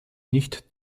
nicht